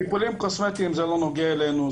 טיפולים קוסמטיים זה לא נוגע אלינו,